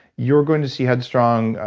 you're going to see head strong,